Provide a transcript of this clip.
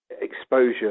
exposure